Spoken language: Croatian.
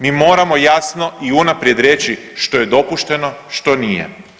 Mi moramo jasno i unaprijed reći što je dopušteno, što nije.